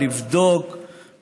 לבדוק,